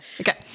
Okay